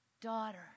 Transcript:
daughter